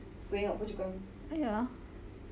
ah ya